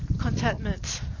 contentment